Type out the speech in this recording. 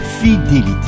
fidélité